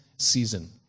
season